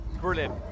Brilliant